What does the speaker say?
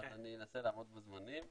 אז אני אנסה לעמוד בזמנים.